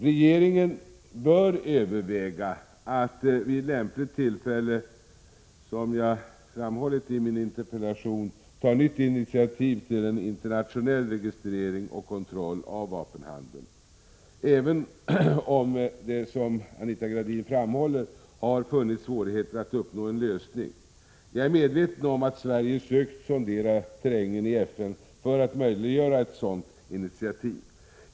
Regeringen bör överväga att vid lämpligt tillfälle, som jag har framhållit i min interpellation, ta nytt initiativ till en internationell registrering och kontroll av vapenhandeln, även om det, som Anita Gradin framhåller, har funnits svårigheter att uppnå en lösning. Jag är medveten om att Sverige har sökt sondera terrängen i FN för att möjliggöra ett sådant initiativ.